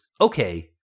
okay